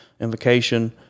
invocation